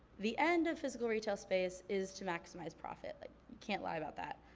the end of physical retail space is to maximize profit. like you can't lie about that.